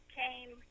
came